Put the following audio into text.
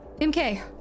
MK